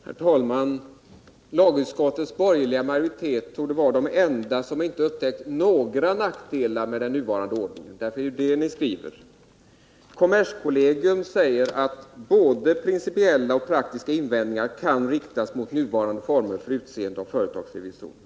Herr talman! Lagutskottets borgerliga ledamöter är nog de enda som inte här upptäckt några nackdelar med den nuvarande ordningen. Det är ju det ni skriver. Kommerskollegium säger att både principiella och praktiska invändningar kan riktas mot nuvarande former för utseende av företagsrevisorer.